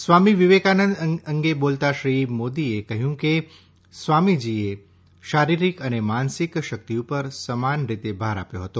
સ્વામી વિવેકાનંદ અંગે બોલતા શ્રી મોદીએ કહ્યું કે સ્વામીજીએ શારીરિક અને માનસિક શક્તિ ઉપર સમાનરીતે ભાર આપ્યો હતો